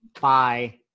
bye